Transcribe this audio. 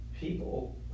people